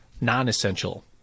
non-essential